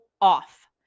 off